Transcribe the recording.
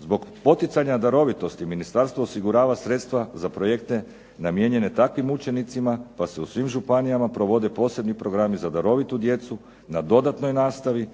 Zbog poticanja darovitosti ministarstvo osigurava sredstva za projekte namijenjene takvim učenicima, pa se u svim županijama provode posebni programi za darovitu djecu na dodatnoj nastavi